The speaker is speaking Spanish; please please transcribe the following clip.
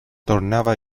tornaba